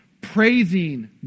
praising